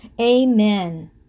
Amen